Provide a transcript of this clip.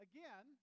Again